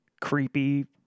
creepy